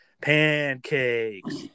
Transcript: pancakes